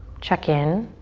check in.